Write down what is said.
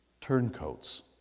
turncoats